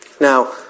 Now